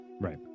Right